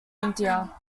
india